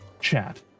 chat